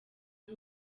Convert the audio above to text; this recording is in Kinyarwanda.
ndi